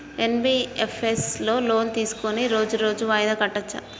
NBFS లో loan తీస్కొని రోజు రోజు వాయిదా కట్టచ్ఛా?